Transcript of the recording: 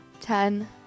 ten